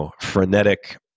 frenetic